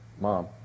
Mom